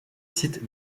site